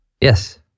Yes